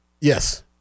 Yes